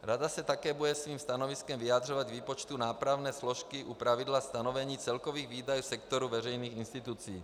Rada se také bude svým stanoviskem vyjadřovat k výpočtu nápravné složky u pravidla stanovení celkových výdajů sektoru veřejných institucí.